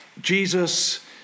Jesus